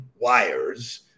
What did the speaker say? wires